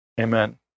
amen